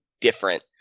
different